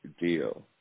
deal